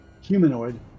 humanoid